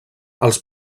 als